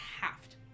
halved